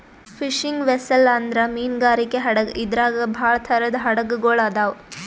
fishing vessel ಅಂದ್ರ ಮೀನ್ಗಾರಿಕೆ ಹಡಗ್ ಇದ್ರಾಗ್ ಭಾಳ್ ಥರದ್ ಹಡಗ್ ಗೊಳ್ ಅದಾವ್